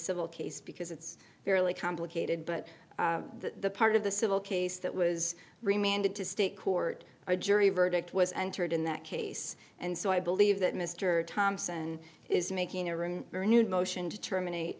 civil case because it's fairly complicated but the part of the civil case that was remanded to state court or jury verdict was entered in that case and so i believe that mr thompson is making a room for new motion to terminate